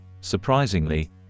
surprisingly